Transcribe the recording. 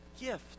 gift